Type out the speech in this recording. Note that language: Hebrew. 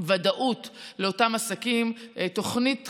ודאות לאותם עסקים, תוכנית חשובה,